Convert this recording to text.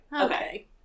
Okay